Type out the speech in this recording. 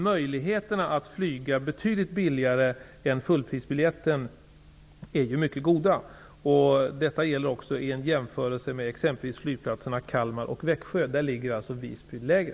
Möjligheterna att flyga betydligt billigare än fullprisbiljetten är mycket goda. Detta gäller också vid en jämförelse med flygplatserna i t.ex. Kalmar och Växjö. Där ligger alltså Visby lägre.